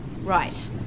Right